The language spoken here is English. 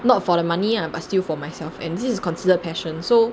not for the money ah but still for myself and this is considered passion so